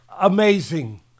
amazing